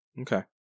Okay